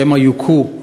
שמא יוכו,